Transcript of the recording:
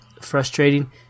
frustrating